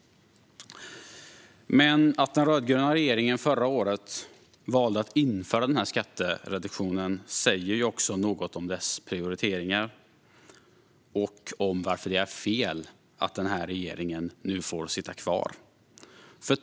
Att den rödgröna regeringen förra året valde att införa den här skattereduktionen säger också något om dess prioriteringar och om varför det är fel att den här regeringen nu får sitta kvar.